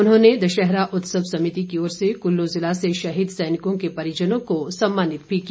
उन्होंने दशहरा उत्सव समिति की ओर से कुल्लू जिला से शहीद सैनिकों के परिजनों को सम्मानित भी किया